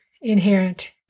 inherent